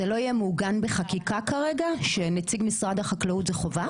זה לא היה מעוגן בחקיקה כרגע שנציג משרד החקלאות זה חובה?